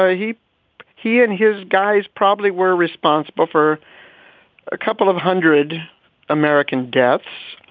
ah he he and his guys probably were responsible for a couple of hundred american deaths.